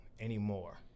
anymore